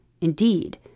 Indeed